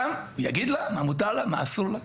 גם יגיד לה מה מותר לה, מה אסור לה.